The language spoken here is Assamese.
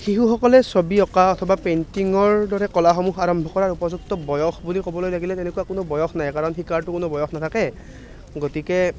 শিশুসকলে ছবি অঁকা অথবা পেইণ্টিঙৰ দৰে কলাসমূহ আৰম্ভ কৰাৰ উপযুক্ত বয়স বুলি ক'বলৈ লাগিলে এনেকুৱা কোনো বয়স নাই কাৰণ শিকাৰতো কোনো বয়স নাথাকে গতিকে